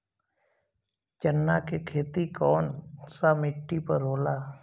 चन्ना के खेती कौन सा मिट्टी पर होला?